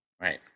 Right